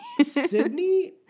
Sydney